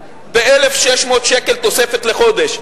ב-1,600 שקל תוספת לחודש.